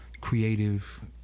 creative